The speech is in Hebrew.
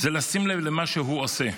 זה לשים לב למה שהוא עושה.